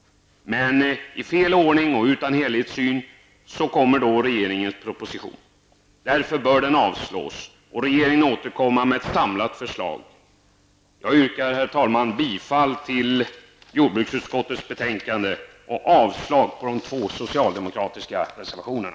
Men regeringens proposition kommer i fel ordning och utan helhetssyn. Den bör därför avslås, och regeringen bör återkomma med ett samlat förslag. Jag yrkar, herr talman, bifall till jordbruksutskottets hemställan och avslag på de två socialdemokratiska reservationerna.